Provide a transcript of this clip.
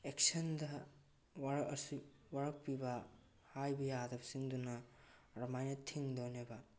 ꯑꯦꯛꯁꯟꯗ ꯋꯥꯔꯛꯑꯁꯨ ꯋꯥꯔꯛꯄꯤꯕ ꯍꯥꯏꯕ ꯌꯥꯗꯕꯁꯤꯡꯗꯨꯅ ꯑꯗꯨꯃꯥꯏꯅ ꯊꯤꯡꯗꯧꯅꯦꯕ